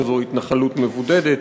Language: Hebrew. שזו התנחלות מבודדת,